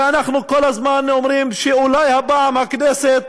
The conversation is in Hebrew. ואנחנו כל הזמן אומרים שאולי הפעם הכנסת